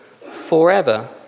forever